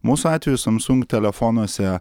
mūsų atveju samsung telefonuose